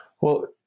Well-